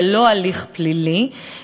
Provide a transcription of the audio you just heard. ולא הליך פלילי,